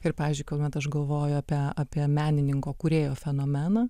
ir pavyzdžiui kuomet aš galvoju apie apie menininko kūrėjo fenomeną